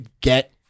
get